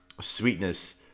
sweetness